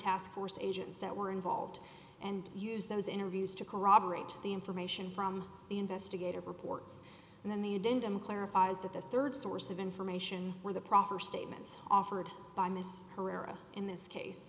task force agents that were involved and use those interviews to corroborate the information from the investigative reports and then they didn't and clarifies that the rd source of information where the proffer statements offered by mrs herrera in this case